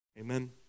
Amen